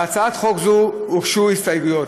להצעת חוק זו הוגשו הסתייגויות,